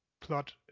plot